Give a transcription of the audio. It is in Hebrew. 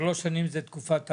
שלוש שנים זה תקופת ההטבה?